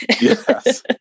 Yes